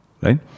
right